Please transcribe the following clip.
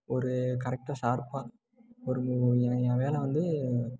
ஒரு கரெக்டாக ஷார்ப்பாக ஒரு மூ என் என் வேலை வந்து